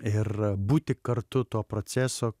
ir būti kartu to proceso